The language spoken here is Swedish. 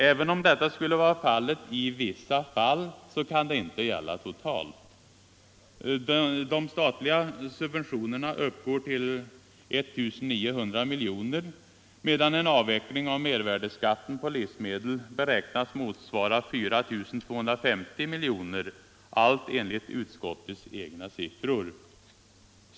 Även om detta skulle vara fallet ”i vissa fall” så kan det inte gälla totalt. De statliga subventionerna uppgår till 1 900 miljoner, medan en avveckling av mervärdeskatten på livsmedel beräknas motsvara 4 250 miljoner — allt enligt utskottets egna siffror.